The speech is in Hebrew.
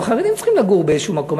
גם חרדים צריכים לגור באיזשהו מקום.